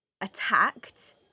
attacked